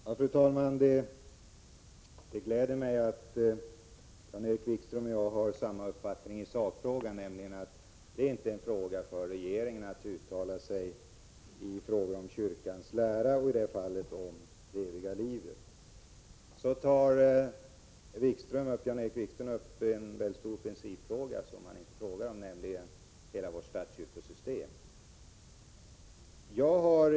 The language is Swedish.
Fru talman! Det gläder mig att Jan-Erik Wikström och jag har samma uppfattning i sakfrågan, nämligen att det inte är en angelägenhet för regeringen att uttala sig i frågor om kyrkans lära — och i det här fallet om det eviga livet. Så tar Jan-Erik Wikström upp en mycket stor principfråga, som han inte berörde i den skriftliga frågan, nämligen om hela vårt statskyrkosystem.